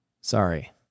Sorry